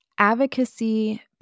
Advocacy